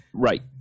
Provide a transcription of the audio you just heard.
Right